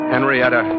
Henrietta